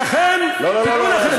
ולכן, לא, לא, לא.